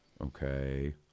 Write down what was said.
okay